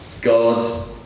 God